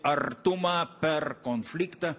artumą per konfliktą